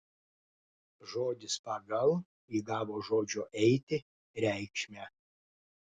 žodis pagal įgavo žodžio eiti reikšmę